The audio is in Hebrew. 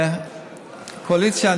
קואליציה,